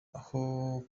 aho